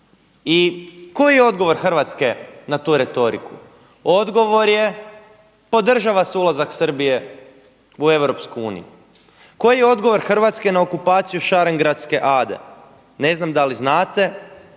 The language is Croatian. I koji je odgovor Hrvatske na tu retoriku? Odgovor je, podržava se ulazak Srbije u Europsku uniju. Koji je odgovor Hrvatske na okupaciju Šarengradske ade? Ne znam da li znate,